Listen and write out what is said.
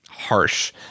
harsh